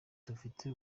dufite